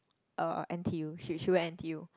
um n_t_u she she went n_t_u